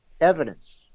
evidence